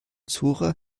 zora